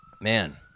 Man